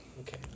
Okay